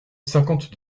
cinquante